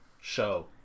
show